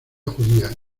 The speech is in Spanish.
judía